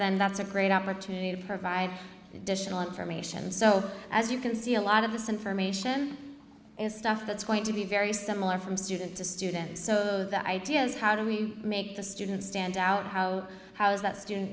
then that's a great opportunity to provide additional information so as you can see a lot of this information is stuff that's going to be very similar from student to student so the idea is how do we make the students stand out how does that student